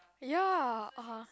ya (aha)